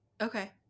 okay